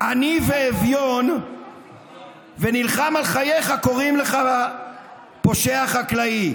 עני ואביון ונלחם על חייך, קוראים לך פושע חקלאי.